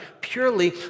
purely